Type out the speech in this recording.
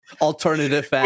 Alternative